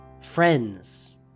friends